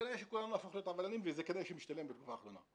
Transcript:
כנראה שכולנו נהפוך להיות עבריינים וזה כנראה שמשתלם בתקופה האחרונה,